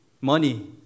money